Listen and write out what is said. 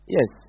Yes